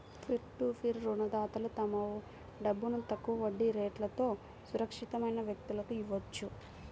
peer to peer రుణదాతలు తమ డబ్బును తక్కువ వడ్డీ రేట్లతో సురక్షితమైన వ్యక్తులకు ఇవ్వొచ్చు